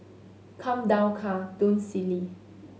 come down car don't silly